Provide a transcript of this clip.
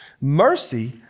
mercy